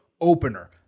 opener